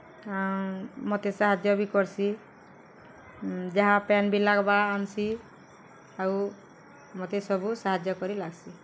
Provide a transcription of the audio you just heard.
ମତେ ସାହାଯ୍ୟ ବି କର୍ସି ଯାହା ପେନ୍ ବି ଲାଗ୍ବା ଆନ୍ସି ଆଉ ମତେ ସବୁ ସାହାଯ୍ୟ କରି ଲାଗ୍ସି